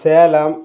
Salem